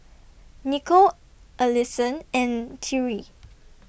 Nicole Alisson and Tyree